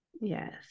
yes